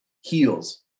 heels